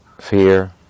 fear